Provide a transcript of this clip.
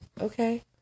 okay